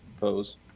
pose